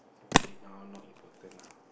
okay now not important ah